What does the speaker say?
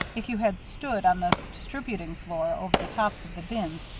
if you had stood on the distributing floor, over the tops of the bins,